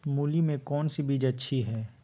मूली में कौन सी बीज अच्छी है?